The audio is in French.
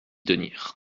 tenir